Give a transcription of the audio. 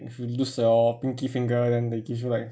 if you lose your pinky finger then they give you like